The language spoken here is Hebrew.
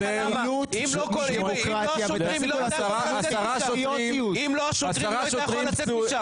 אם לא השוטרים שם, היא לא הייתה יכולה לצאת משם.